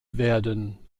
werden